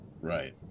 Right